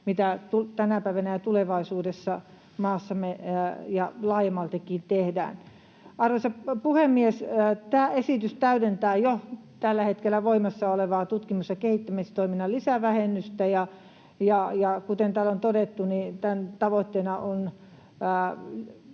mitä tänä päivänä ja tulevaisuudessa maassamme ja laajemmaltikin tehdään. Arvoisa puhemies! Tämä esitys täydentää jo tällä hetkellä voimassa olevaa tutkimus- ja kehittämistoiminnan lisävähennystä, ja kuten täällä on todettu, tämän tavoitteena on